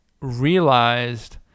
realized